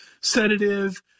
sedative